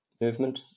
movement